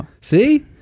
See